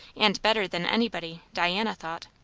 and better than anybody, diana thought.